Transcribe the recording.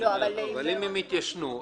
אם הן התיישנו?